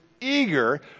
eager